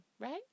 right